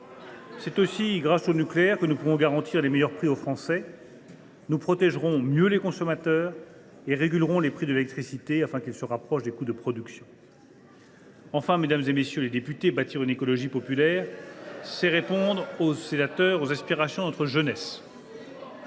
C’est aussi grâce au nucléaire que nous pouvons garantir les meilleurs prix aux Français. Nous protégerons mieux les consommateurs et régulerons les prix de l’électricité, afin qu’ils se rapprochent des coûts de production. « Enfin, mesdames, messieurs les députés, bâtir une écologie populaire, c’est répondre aux aspirations de notre jeunesse.